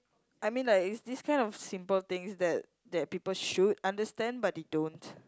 I mean like is this kind of simple things that that people should understand but they don't